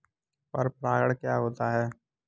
पर परागण क्या होता है?